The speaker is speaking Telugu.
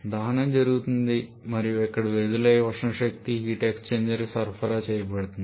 దహనం జరుగుతోంది మరియుఇక్కడ విడుదలయిన ఉష్ణశక్తి హీట్ ఎక్స్చేంజర్ కి సరఫరా చేయబడుతుంది